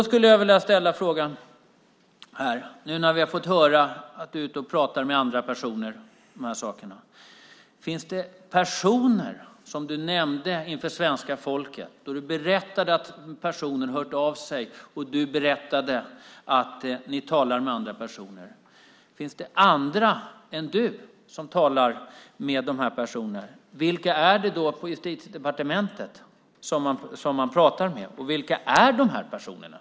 När vi nu har fått höra att du är ute och pratar med andra personer om de här sakerna undrar jag: Finns det andra än du som talar med de här personerna? Vilka är det då på Justitiedepartementet som pratar med dem? Och vilka är de här personerna?